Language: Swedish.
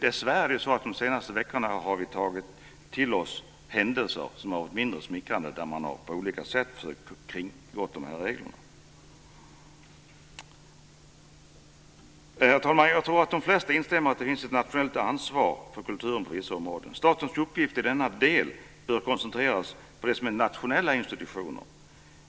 Dessvärre har vi ju de senaste veckorna tagit till oss händelser som har varit mindre smickrande. Man har på olika sätt försökt kringgå de här reglerna. Herr talman! Jag tror att de flesta instämmer i att det finns ett nationellt ansvar för kulturen på vissa områden. Statens uppgift i denna del bör koncentreras på det som är nationella institutioner